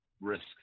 risk